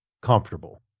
comfortable